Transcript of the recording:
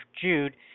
Jude